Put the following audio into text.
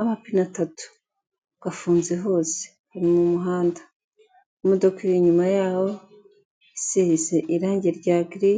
amapine atatu. Gafunze hose. Kri mu muhanda. Imodoka iri inyuma yaho isize irangi rya giri.